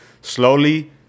slowly